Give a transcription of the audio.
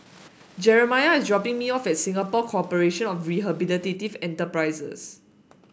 Jeremiah is dropping me off at Singapore Corporation of Rehabilitative Enterprises